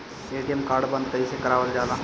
ATM card बन्द कईसे करावल जाला?